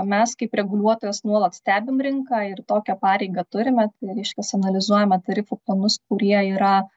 mes kaip reguliuotojas nuolat stebim rinką ir tokią pareigą turime reiškias analizuojame tarifų planus kurie yra